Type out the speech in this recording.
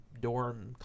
dorm